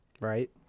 right